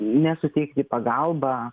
nesuteikti pagalbą